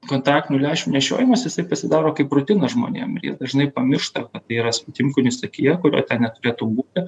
kontaktinių lęšių nešiojimas jisai pasidaro kaip rutina žmonėm ir jie dažnai pamiršta tai yra svetimkūnis akyje kurio ten neturėtų būti